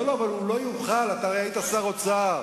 הוא לא יוכל, אתה הרי היית שר האוצר.